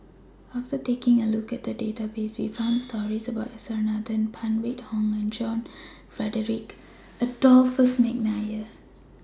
after taking A Look At The Database We found stories about S R Nathan Phan Wait Hong and John Frederick Adolphus Mcnair